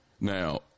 Now